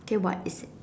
okay what is it